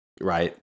Right